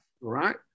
Right